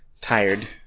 tired